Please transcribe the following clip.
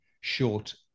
short